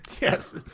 Yes